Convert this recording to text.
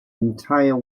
entire